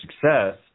success